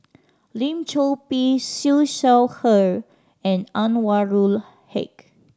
Lim Chor Pee Siew Shaw Her and Anwarul Haque